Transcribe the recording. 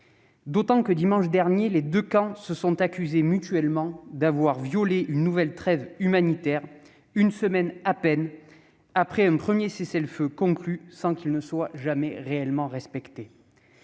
d'autant que, dimanche dernier, les deux camps se sont accusés mutuellement d'avoir violé une nouvelle trêve humanitaire, à peine une semaine après un premier cessez-le-feu, conclu mais jamais respecté.